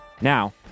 Now